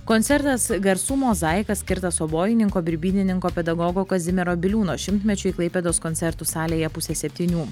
koncertas garsų mozaika skirtas obojininko birbynininko pedagogo kazimiero biliūno šimtmečiui klaipėdos koncertų salėje puse septynių